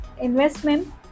investment